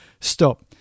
stop